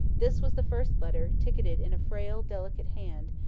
this was the first letter, ticketed in a frail, delicate hand,